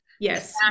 Yes